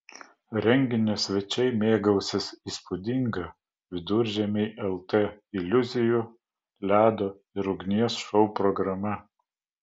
renginio svečiai mėgausis įspūdinga viduramžiai lt iliuzijų ledo ir ugnies šou programa